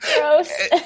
Gross